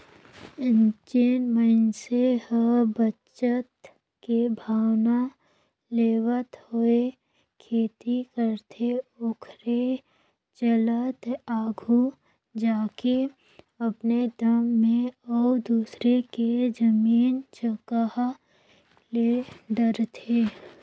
जेन मइनसे ह बचत के भावना लेवत होय खेती करथे ओखरे चलत आघु जाके अपने दम म अउ दूसर के जमीन जगहा ले डरथे